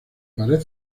pared